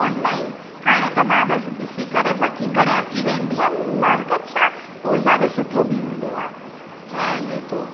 online हाणे त मां बसि ॾिसी करे वठी करे अची वेंदी हुअमि मार्केट सां उहो ॾाढो सुठो बि हूंदो आहे है नी थो